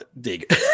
dig